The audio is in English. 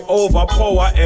overpower